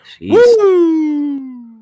Woo